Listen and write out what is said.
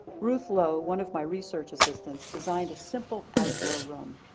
ruth low, one of my research assistants, designed a simple outdoor room.